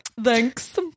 Thanks